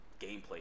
Gameplay